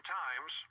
times